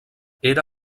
era